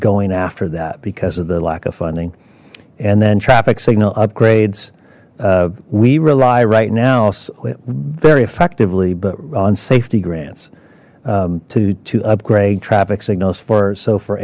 going after that because of the lack of funding and then traffic signal upgrades we rely right now very effectively but on safety grants to to upgrade traffic signals for so for